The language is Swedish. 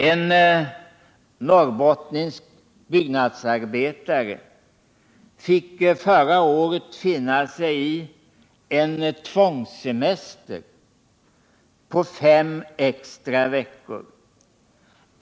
En norrbottnisk byggnadsarbetare fick förra året finna sig i en ”tvångssemester” på fem extra veckor.